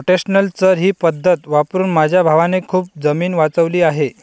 rotational चर ही पद्धत वापरून माझ्या भावाने खूप जमीन वाचवली आहे